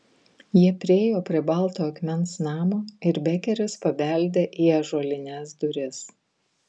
jie priėjo prie balto akmens namo ir bekeris pabeldė į ąžuolines duris